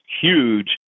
huge